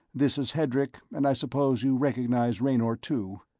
this is hedrick, and i suppose you recognize raynor two.